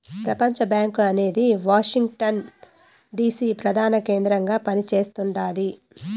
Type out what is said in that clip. ప్రపంచబ్యాంకు అనేది Washington DC ప్రదాన కేంద్రంగా పని చేస్తుండాది